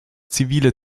zivile